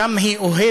שם היא אוהבת